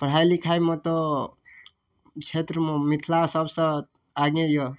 पढ़ाइ लिखाइमे तऽ क्षेत्रमे मिथिला सभसँ आगे यए